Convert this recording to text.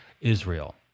Israel